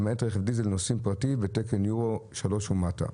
למעט רכב דיזל נוסעים פרטי בתקן יורו-3 ומטה.